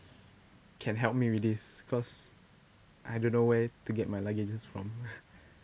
can help me with this because I don't know where to get my languages from